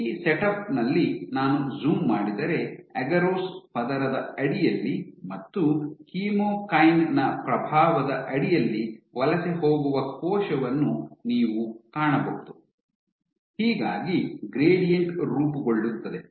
ಈ ಸೆಟಪ್ ನಲ್ಲಿ ನಾನು ಝುಮ್ ಮಾಡಿದರೆ ಅಗರೋಸ್ ಪದರದ ಅಡಿಯಲ್ಲಿ ಮತ್ತು ಕೀಮೋಕೈನ್ ನ ಪ್ರಭಾವದ ಅಡಿಯಲ್ಲಿ ವಲಸೆ ಹೋಗುವ ಕೋಶವನ್ನು ನೀವು ಕಾಣಬಹುದು ಹೀಗಾಗಿ ಗ್ರೇಡಿಯಂಟ್ ರೂಪುಗೊಳ್ಳುತ್ತದೆ